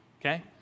Okay